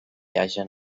hagen